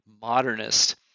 modernist